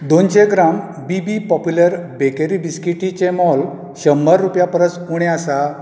दोनशे ग्राम बीबी popular bakery बिस्किटीचें मोल शंभर रुपया परस उणें आसा